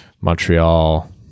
Montreal